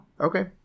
Okay